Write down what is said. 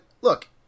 look